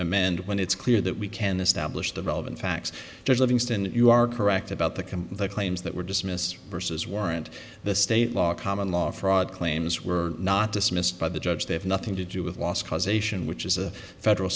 amend when it's clear that we can establish the relevant facts there's livingston you are correct about the can the claims that were dismissed versus warrant the state law common law fraud claims were not dismissed by the judge they have nothing to do with los causation which is a federal